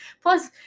Plus